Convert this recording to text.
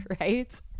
Right